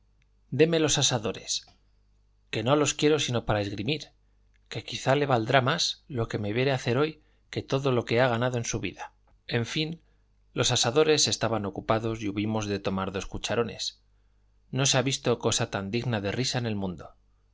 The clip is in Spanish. déme los asadores que no los quiero sino para esgrimir que quizá le valdrá más lo que me viere hacer hoy que todo lo que ha ganado en su vida en fin los asadores estaban ocupados y hubimos de tomar dos cucharones no se ha visto cosa tan digna de risa en el mundo